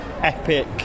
epic